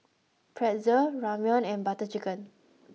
Pretzel Ramyeon and Butter Chicken